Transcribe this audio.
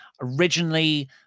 Originally